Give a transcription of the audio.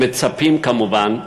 ומצפים כמובן,